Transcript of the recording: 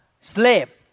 slave